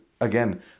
again